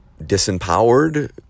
disempowered